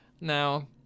Now